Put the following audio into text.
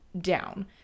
down